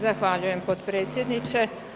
Zahvaljujem potpredsjedniče.